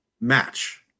match